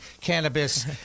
cannabis